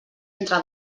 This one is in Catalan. entre